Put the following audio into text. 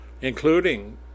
including